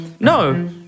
No